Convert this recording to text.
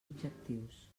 objectius